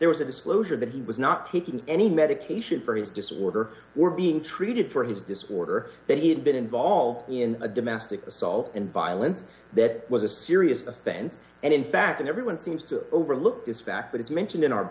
there was a disclosure that he was not taking any medication for his disorder were being treated for his disorder that he had been involved in a domestic assault and violence that was a serious offense and in fact everyone seems to overlook this fact that it's mentioned in our